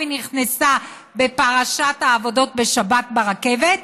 היא נכנסה בפרשת העבודות בשבת ברכבת?